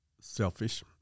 selfish